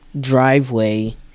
driveway